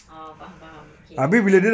oh faham faham K K and then